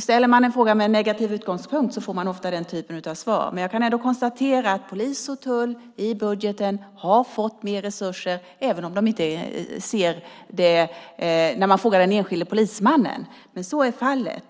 Ställer man en fråga med en negativ utgångspunkt får man ofta den typen av svar. Jag kan ändå konstatera att polis och tull har fått mer resurser i budgeten även om den enskilde polismannen inte ser det. Men så är fallet.